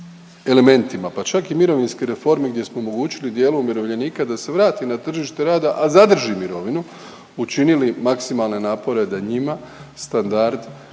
pa čak i mirovinske reforme gdje smo omogućili dijelu umirovljenika da se vrati na tržište rada, a zadrži mirovinu, učinili maksimalne napore da njima standard socijalni